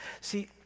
See